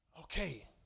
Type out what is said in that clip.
okay